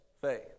faith